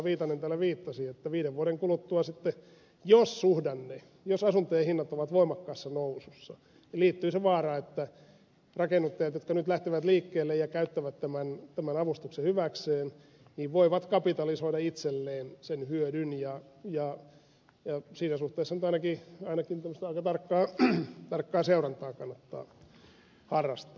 viitanen täällä viittasi että jos viiden vuoden kuluttua asuntojen hinnat ovat voimakkaassa nousussa niin rakennuttajat jotka nyt lähtevät liikkeelle ja käyttävät tämän avustuksen hyväkseen voivat kapitalisoida itselleen sen hyödyn ja siinä suhteessa nyt ainakin tämmöistä aika tarkkaa seurantaa kannattaa harrastaa